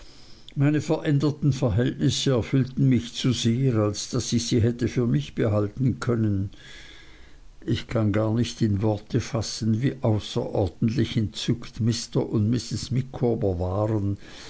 meine veränderten verhältnisse erfüllten mich zu sehr als daß ich sie hätte für mich behalten können ich kann gar nicht in worte fassen wie außerordentlich entzückt mr und mrs micawber waren